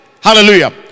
Hallelujah